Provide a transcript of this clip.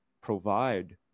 provide